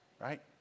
right